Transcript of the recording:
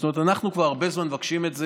זאת אומרת, אנחנו כבר הרבה זמן מבקשים את זה,